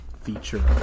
feature